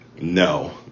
No